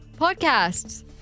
Podcasts